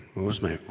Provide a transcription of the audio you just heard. was my.